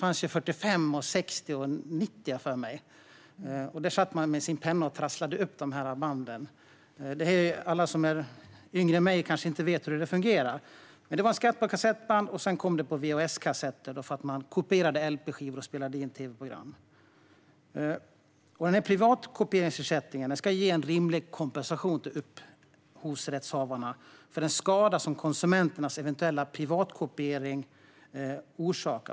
Jag har för mig att det fanns 45, 60 och 90 minuters band, och där satt man med sin penna och trasslade upp banden. Alla som är yngre än jag kanske inte vet hur det där fungerar. Det var alltså skatt på kassettband, och sedan blev det också skatt på vhs-kassetter, för att man kopierade lp-skivor och spelade in tv-program. Privatkopieringsersättningen ska ge en rimlig kompensation till upphovsrättshavarna för den skada som konsumenternas eventuella privatkopiering orsakar.